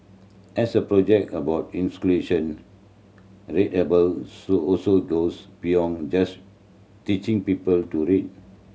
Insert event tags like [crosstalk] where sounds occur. as a project about [unintelligible] readable so also goes beyond just teaching people to read